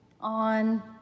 on